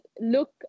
look